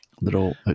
little